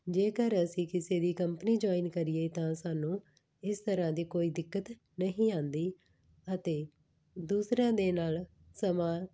ਜੇਕਰ ਅਸੀਂ ਕਿਸੇ ਦੀ ਕੰਪਨੀ ਜੁਆਇਨ ਕਰੀਏ ਤਾਂ ਸਾਨੂੰ ਇਸ ਤਰ੍ਹਾਂ ਦੀ ਕੋਈ ਦਿੱਕਤ ਨਹੀਂ ਆਉਂਦੀ ਅਤੇ ਦੂਸਰਿਆਂ ਦੇ ਨਾਲ ਸਮਾਂ